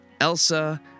Elsa